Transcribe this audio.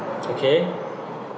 okay